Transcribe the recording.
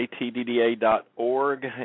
atdda.org